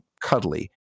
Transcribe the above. cuddly